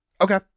Okay